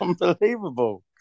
unbelievable